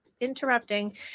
interrupting